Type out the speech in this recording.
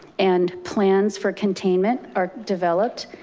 and plans for containment are developed,